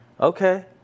okay